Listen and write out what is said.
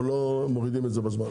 או לא מורידים את זה בזמן,